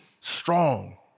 strong